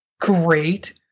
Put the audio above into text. great